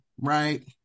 right